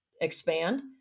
expand